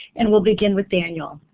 and we'll begin with daniel.